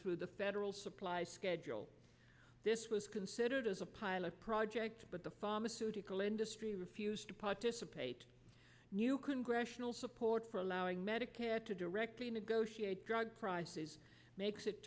through the federal supply schedule this was considered as a pilot project but the pharmaceutical industry refused to participate new congressional support for allowing medicare to directly negotiate drug prices makes it